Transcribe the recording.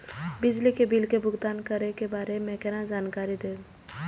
बिजली बिल के भुगतान करै के बारे में केना जानकारी देब?